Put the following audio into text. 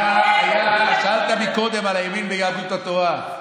שאלת קודם על הימין ביהדות התורה.